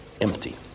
empty